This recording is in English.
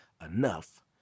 enough